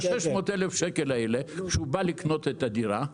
כשהזוג קונה את הדירה,